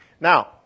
Now